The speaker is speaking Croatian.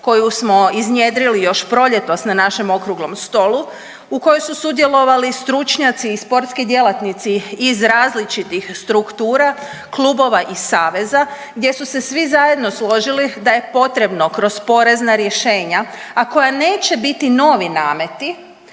koju smo iznjedrili još proljetos na našem okruglom stolu u kojoj su sudjelovali stručnjaci i sportski djelatnici iz različitih struktura, klubova i saveza gdje su se svi zajedno složili da je potrebno kroz porezna rješenja, a koja neće biti novi nameti,